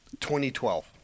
2012